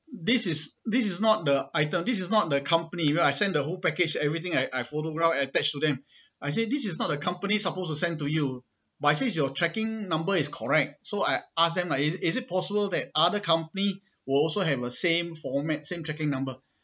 this is this is not the item this is not the company where I send the whole package everything I I photographed attach to them I say this is not the company suppose to sent to you but I says your tracking number is correct so I ask them lah is it is it possible that other company will also have uh same format same tracking number